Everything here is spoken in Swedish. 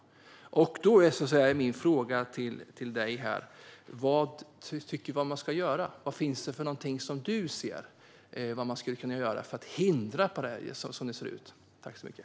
Min fråga till dig är vad du tycker att man ska göra. Vad finns det som du ser som man skulle kunna göra för att kunna hindra det?